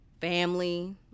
family